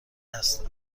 هستم